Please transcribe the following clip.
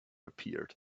appeared